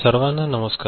सर्वांना नमस्कार